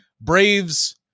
Braves